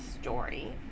story